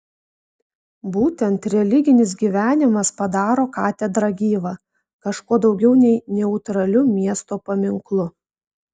būtent religinis gyvenimas padaro katedrą gyva kažkuo daugiau nei neutraliu miesto paminklu